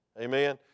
Amen